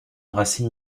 racine